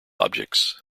objects